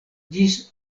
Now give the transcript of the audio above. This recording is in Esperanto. ĝis